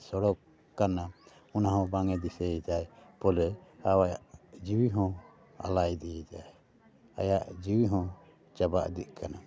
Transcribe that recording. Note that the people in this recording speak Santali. ᱥᱚᱲᱚᱠ ᱠᱟᱱᱟ ᱚᱱᱟᱦᱚᱸ ᱵᱟᱝᱮ ᱫᱤᱥᱟᱹᱭᱮᱫᱟᱭ ᱵᱚᱞᱮ ᱟᱭᱟᱜ ᱡᱤᱣᱤ ᱦᱚᱸ ᱟᱞᱟᱭ ᱤᱫᱤᱭᱮᱫᱟᱭ ᱟᱭᱟᱜ ᱡᱤᱣᱤ ᱦᱚᱸ ᱪᱟᱵᱟ ᱤᱫᱤᱜ ᱠᱟᱱᱟ